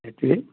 সেইটোৱেই